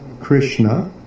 Krishna